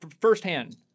firsthand